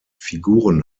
figuren